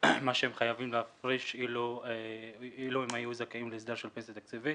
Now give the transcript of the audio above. מה שהם חייבים להפריש אילו הם היו זכאים להסדר של פנסיה תקציבית,